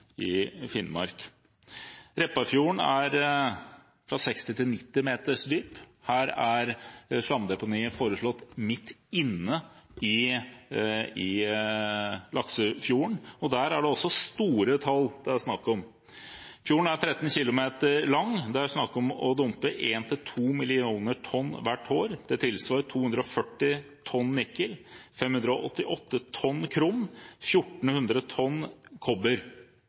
Finnmark. Repparfjorden er fra 60 til 90 meter dyp. Her er slamdeponiet foreslått midt inne i laksefjorden, og også der er det store tall det er snakk om. Fjorden er 13 km lang. Det er snakk om å dumpe 1–2 millioner tonn hvert år. Det tilsvarer 240 tonn nikkel, 588 tonn krom, 1 400 tonn kobber